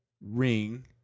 ring